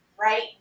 right